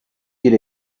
bir